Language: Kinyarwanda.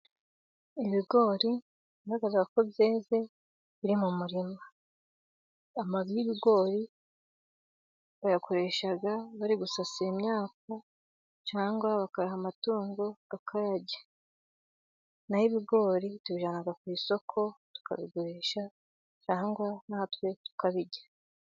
Ibigori bigaragara ko byeze biri mu murima. Amababi y'ibigogori bayakoresha bari gusasira imyaka, cyangwa bakayaha amatungo akayarya. naho ibigori tubijyana ku isoko tukabigurisha, cyangwa natwe tukabirya.